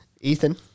Ethan